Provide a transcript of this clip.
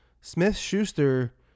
Smith-Schuster